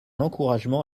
encouragement